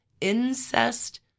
Incest